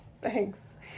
Thanks